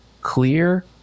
Clear